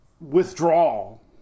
withdrawal